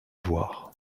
voir